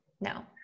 No